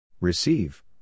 Receive